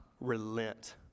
relent